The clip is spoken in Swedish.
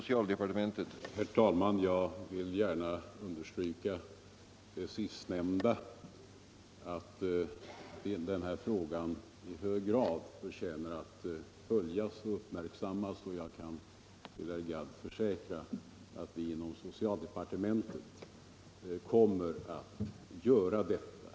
Herr talman! Jag vill gärna understryka vad herr Gadd sade senast, nämligen att denna fråga i hög grad förtjänar att följas och uppmärksammas. Jag kan också försäkra herr Gadd att vi inom socialdepartementet kommer att göra det.